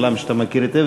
עולם שאתה מכיר היטב,